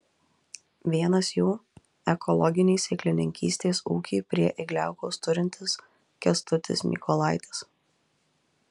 vienas jų ekologinį sėklininkystės ūkį prie igliaukos turintis kęstutis mykolaitis